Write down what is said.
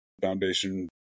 foundation